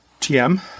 TM